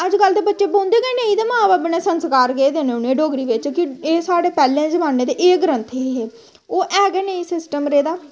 अजकल्ल बच्चे बौंह्दे गै नेईं ते मां बब्ब ने संस्कार केह् देने डोगरी बिच्च कि एह् साढ़े पैह्ले जमाने दा एह् ग्रंथ हे ओह् है गै नेईं सिस्टम रेह्दा